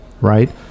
right